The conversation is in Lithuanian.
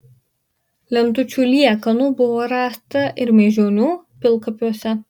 lentučių liekanų buvo rasta ir mėžionių pilkapiuose